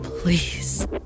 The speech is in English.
Please